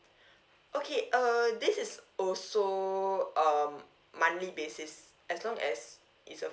okay uh this is also a monthly basis as long as it's a